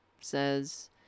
says